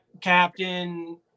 captain